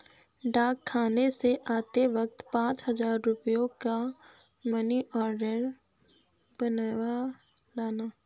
डाकखाने से आते वक्त पाँच हजार रुपयों का मनी आर्डर बनवा लाना